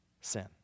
sin